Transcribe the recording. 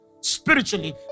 spiritually